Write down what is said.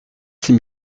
six